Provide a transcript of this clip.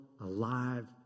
alive